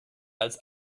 als